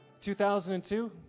2002